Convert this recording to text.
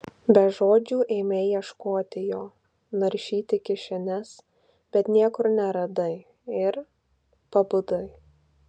be žodžių ėmei ieškoti jo naršyti kišenes bet niekur neradai ir pabudai